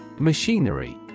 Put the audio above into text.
Machinery